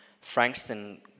Frankston